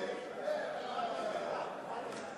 מסדר-היום את הצעת חוק לתיקון פקודת מס הכנסה